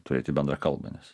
turėti bendrą kalbą nes